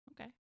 Okay